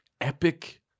epic